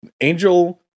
Angel